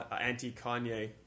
anti-Kanye